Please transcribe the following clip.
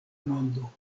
mondo